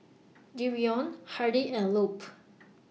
Dereon Hardy and Lupe